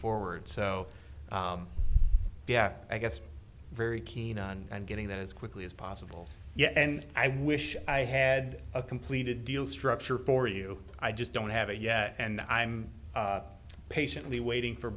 forward so yeah i guess very keen on getting that as quickly as possible yeah and i wish i had a completed deal structure for you i just don't have a yet and i'm patiently waiting for